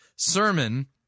sermon